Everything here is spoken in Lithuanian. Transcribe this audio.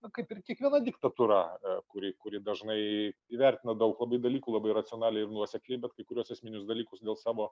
na kaip ir kiekviena diktatūra kuri kuri dažnai įvertina daug labai dalykų labai racionaliai ir nuosekliai bet kai kuriuos esminius dalykus dėl savo